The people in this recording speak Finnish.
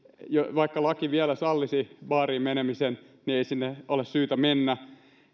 vaikka laki vielä sallisi baariin menemisen niin ei sinne ole syytä mennä